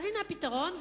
הנה הפתרון.